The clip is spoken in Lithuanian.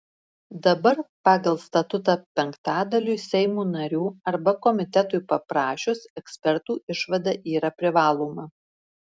dabar pagal statutą penktadaliui seimo narių arba komitetui paprašius ekspertų išvada yra privaloma